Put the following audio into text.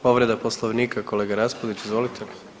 Povreda Poslovnika kolega Raspudić, izvolite.